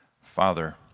Father